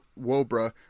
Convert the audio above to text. Wobra